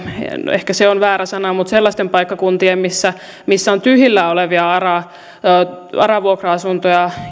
ehkä se on väärä sana eli sellaisten paikkakuntien missä missä on tyhjillään olevia ara vuokra asuntoja